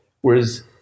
Whereas